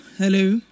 hello